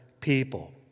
people